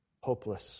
hopeless